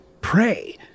pray